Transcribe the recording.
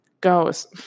goes